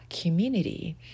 community